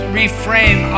reframe